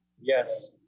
Yes